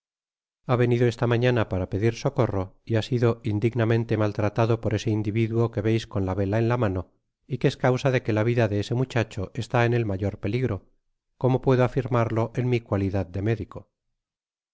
ha venido esa mañana para pedir socorro y ha sido indignamente maltratado por ese individuo que veis con lavela en h mano y que es causa de que la vida de ese muchacho está en el mayor peligro como puedo afirmarlo en mi cualidad de médico